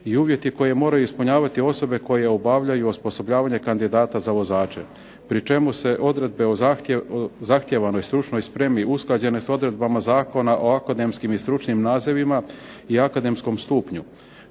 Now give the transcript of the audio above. i uvjeti koje moraju ispunjavati osobe koje obavljaju osposobljavanje kandidata za vozače, pri čemu se odredbe o zahtijevanoj stručnoj spremi usklađenoj s odredbama Zakona o akademskim i stručnim nazivima i akademskom stupnju.